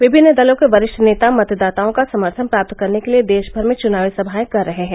विभिन्न दलों के वरिष्ठ नेता मतदाताओं का सम्थन प्राप्त करने के लिए देशभर में चुनावी सभाए कर रहे हैं